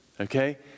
okay